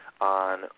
on